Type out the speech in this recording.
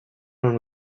when